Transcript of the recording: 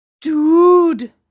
Dude